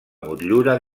motllura